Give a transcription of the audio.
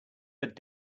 but